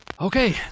Okay